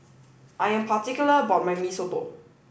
I am particular about my Mee Soto